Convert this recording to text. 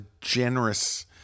generous